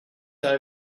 over